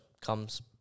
comes